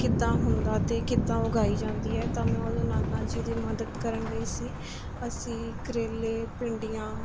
ਕਿੱਦਾਂ ਹੁੰਦਾ ਅਤੇ ਕਿੱਦਾਂ ਉਗਾਈ ਜਾਂਦੀ ਹੈ ਤਾਂ ਮੈਂ ਉਦੋਂ ਨਾਨਾ ਜੀ ਦੀ ਮਦਦ ਕਰਨ ਗਈ ਸੀ ਅਸੀਂ ਕਰੇਲੇ ਭਿੰਡੀਆਂ